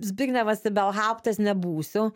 zbignevas ibelgauptas nebūsiu